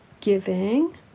giving